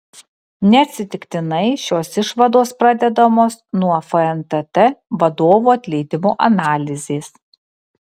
neatsitiktinai šios išvados pradedamos nuo fntt vadovų atleidimo analizės